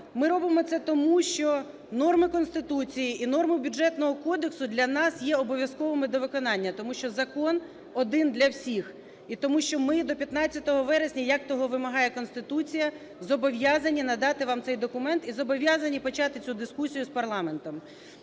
ми робимо це тому, що норми Конституції і норми Бюджетного кодексу для нас є обов'язковим до виконання. Тому що закон один для всіх. І тому, що ми до 15 вересня, як того вимагає Конституція, зобов'язані надати вам цей документ і зобов'язані почати цю дискусію з парламентом.